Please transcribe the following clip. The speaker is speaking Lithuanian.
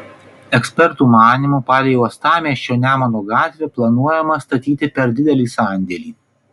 ekspertų manymu palei uostamiesčio nemuno gatvę planuojama statyti per didelį sandėlį